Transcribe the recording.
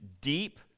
deep